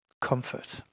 comfort